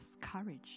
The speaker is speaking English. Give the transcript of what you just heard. courage